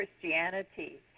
Christianity